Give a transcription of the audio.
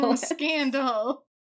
Scandal